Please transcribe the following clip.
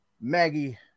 Maggie